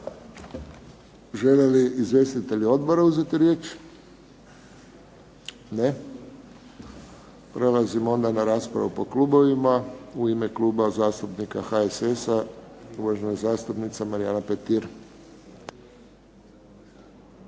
Žele li izvjestitelji odbora uzeti riječ? Ne. Prelazimo onda na raspravu po klubovima. U ime Kluba zastupnika HSS-a, uvažena zastupnica Marijana Petir.